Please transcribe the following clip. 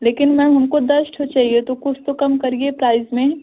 लेकिन मैम हमको दस ठो चाहिए तो कुछ तो कम करिए प्राइज़ में